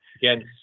Again